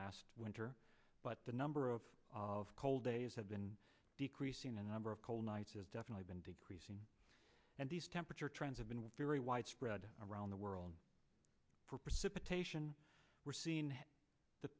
last winter but the number of of cold days have been decreasing the number of cold nights has definitely been decreasing and these temperature trends have been very widespread around the world for precipitation we're seeing the